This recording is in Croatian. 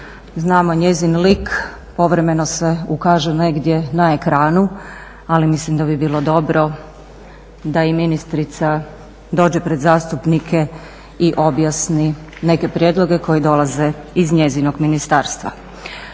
znamo njezin lik, povremeno se ukaže negdje na ekranu ali mislim da bi bilo dobro da i ministrica dođe pred zastupnike i objasni neke prijedloge koje dolaze iz njezinog ministarstva.